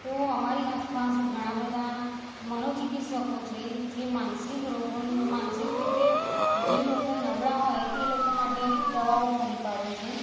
તો અમારી આસપાસ ઘણા બધા મનોચિકિત્સકો છે જે માનસિક રોગો ન માનસિક રીતે જે લોકો નબળાં હોય એ લોકો માટે દવાઓ પૂરી પાડે છે